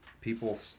people